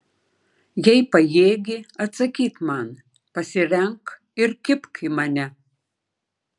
jei pajėgi atsakyk man pasirenk ir kibk į mane